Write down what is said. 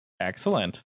Excellent